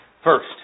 First